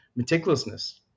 meticulousness